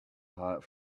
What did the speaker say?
hot